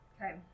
Okay